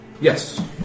Yes